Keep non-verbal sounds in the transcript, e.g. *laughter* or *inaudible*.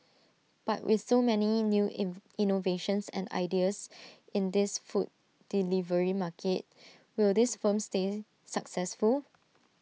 but with so many new *unintelligible* innovations and ideas in the food delivery market will these firms stay successful